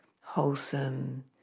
wholesome